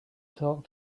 talk